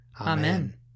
Amen